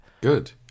Good